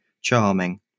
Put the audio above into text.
charming